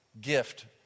gift